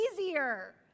easier